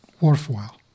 worthwhile